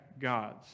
God's